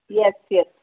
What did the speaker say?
yes yes